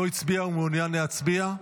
לא הצביע ומעוניין להצביע?